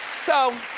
so,